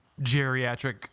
geriatric